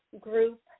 group